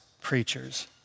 preachers